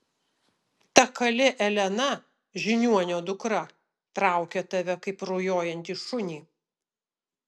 ta kalė elena žiniuonio dukra traukia tave kaip rujojantį šunį